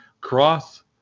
Cross